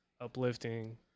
uplifting